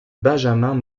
benjamin